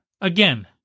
again